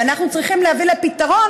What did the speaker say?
ואנחנו צריכים להביא לפתרון,